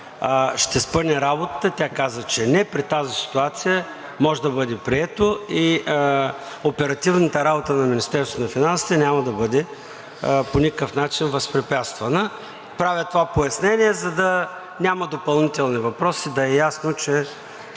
ще спъне работата. Тя каза, че не. При тази ситуация може да бъде прието и оперативната работа на Министерството на финансите няма да бъде по никакъв начин възпрепятствано. Правя това пояснение, за да няма допълнителни въпроси. Да е ясно, че